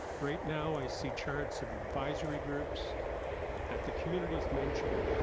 right now i see charts of advisory groups that the community's mentioned.